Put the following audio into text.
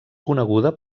coneguda